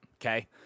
Okay